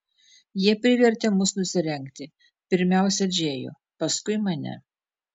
jie privertė mus nusirengti pirmiausia džėjų paskui mane